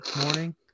morning